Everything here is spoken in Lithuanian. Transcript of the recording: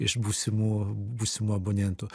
iš būsimų būsimų abonentų